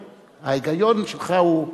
ההיגיון שלך הוא,